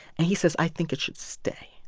and he says i think it should stay.